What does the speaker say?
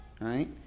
right